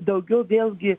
daugiau vėlgi